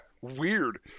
weird